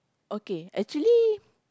okay actually